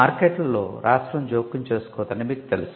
మార్కెట్లలో రాష్ట్రం జోక్యం చేసుకోదని మీకు తెలుసు